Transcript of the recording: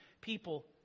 People